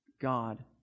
God